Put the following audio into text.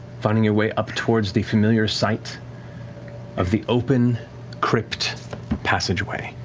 finding your way up towards the familiar sight of the open crypt passageway.